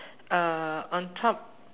uh on top